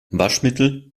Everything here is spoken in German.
waschmittel